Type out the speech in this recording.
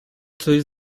coś